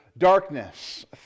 Darkness